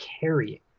carrying